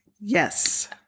yes